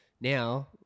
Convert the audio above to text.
now